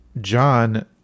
John